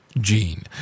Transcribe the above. Gene